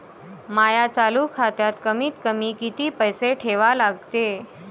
माया चालू खात्यात कमीत कमी किती पैसे ठेवा लागते?